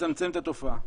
לצמצם את התופעה.